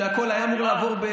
שהכול היה אמור לעבור,